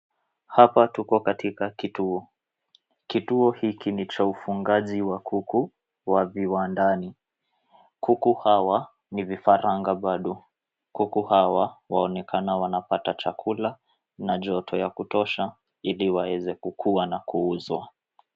Hapa tuko katika kituo. Kituo hiki ni cha ufugaji wa kuku wa viwandani. Kuku hawa ni vifaranga bado, kuku hawa waonekana wanapata chakula na joto ya kutosha, ili waweze kukua na kuuzwa.